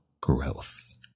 Growth